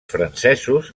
francesos